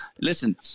listen